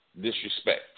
disrespect